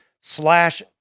slash